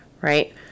right